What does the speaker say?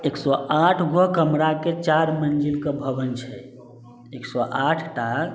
एक सओ आठ गो कमराके चारि मंजिलके भवन छै एक सओ आठ टा